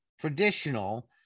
traditional